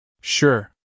Sure